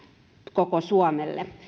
koko suomelle